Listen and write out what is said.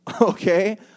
okay